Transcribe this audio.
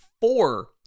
four